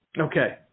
Okay